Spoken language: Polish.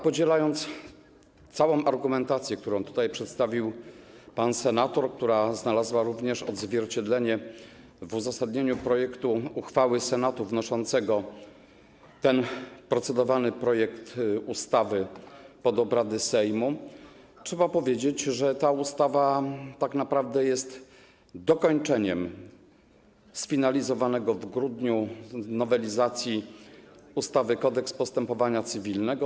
Podzielając całą argumentację, którą tutaj przedstawił pan senator, która znalazła również odzwierciedlenie w uzasadnieniu projektu uchwały Senatu wnoszącego ten procedowany projekt ustawy pod obrady Sejmu, trzeba powiedzieć, że ta ustawa tak naprawdę jest dokończeniem sfinalizowanej w grudniu nowelizacji ustawy - Kodeks postępowania cywilnego.